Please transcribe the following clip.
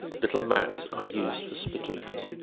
little mats are used for spittoons.